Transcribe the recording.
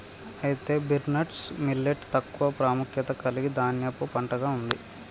అయితే barnyard millet తక్కువ ప్రాముఖ్యత కలిగిన ధాన్యపు పంటగా ఉంది